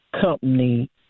company